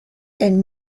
and